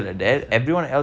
that's why